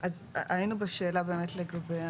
(היו"ר סימון דוידסון) היינו בשאלה באמת לגבי